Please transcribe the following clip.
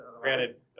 granted